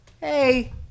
Hey